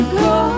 go